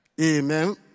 Amen